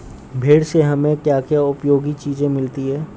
भेड़ से हमें क्या क्या उपयोगी चीजें मिलती हैं?